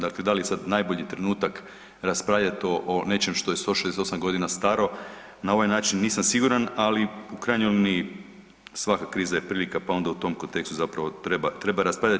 Dakle, da li je sad najbolji trenutak raspravljati o nečem što je 168 godina staro na ovaj način nisam siguran, ali u krajnjoj liniji svaka kriza je prilika, pa onda u tom kontekstu treba raspravljati.